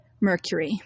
Mercury